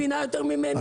מה היא מבינה, סליחה.